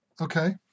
Okay